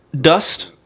Dust